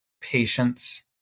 patience